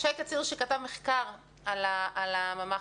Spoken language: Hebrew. שי קציר כתב מחקר על הממ"חים.